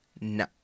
No